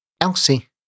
Elsie